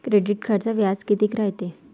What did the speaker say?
Credit कार्डचं व्याज कितीक रायते?